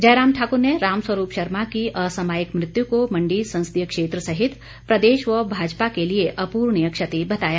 जयराम ठाकर ने दिवंगत रामस्वरूप शर्मा की असामयिक मृत्यु को मण्डी संसदीय क्षेत्र सहित प्रदेश व भाजपा के लिए अपूर्णीय क्षति बताया